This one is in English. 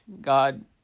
God